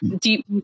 deep